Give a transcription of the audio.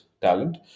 talent